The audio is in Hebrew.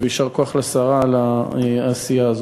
יישר כוח לשרה על העשייה הזאת.